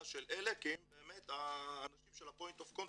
של אלה כי הם באמת האנשים של point of contact,